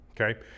okay